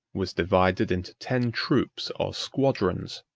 was divided into ten troops or squadrons